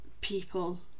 people